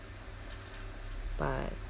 but